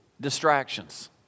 distractions